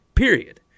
Period